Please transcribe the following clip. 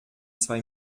zwei